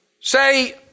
say